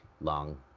long